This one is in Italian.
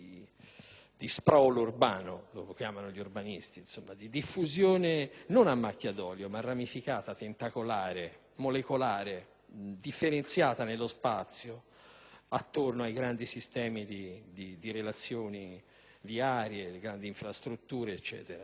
di *sprawl* urbano (come usano dire gli urbanisti), di diffusione non a macchia d'olio, ma ramificata, tentacolare, molecolare, differenziata nello spazio, attorno ai grandi sistemi di relazione di aree, di grandi infrastrutture e così